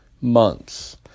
months